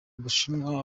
bushinwa